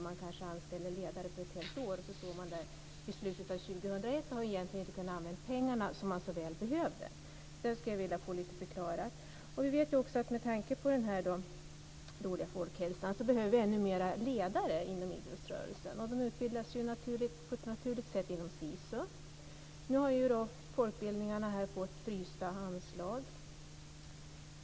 Man kanske anställer ledare för ett helt år, och i slutet av 2001 har man kanske inte kunnat använda de pengar man så väl behövde. Detta skulle jag vilja få en förklaring till. Vi vet också att vi med tanke på den dåliga folkhälsan behöver ännu fler ledare inom idrottsrörelsen. De utbildas på ett naturligt sätt inom SISU. Nu har folkbildningarna fått frysta anslag.